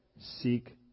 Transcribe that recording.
seek